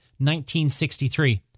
1963